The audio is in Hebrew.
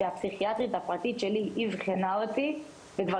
כשהפסיכיאטרית הפרטית שלי עדכנה אותי וכבר